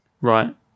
right